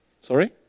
Sorry